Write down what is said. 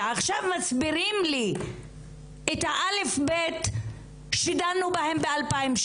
ועכשיו מסבירים לי את הא'-ב' שדנו בהם ב-2016.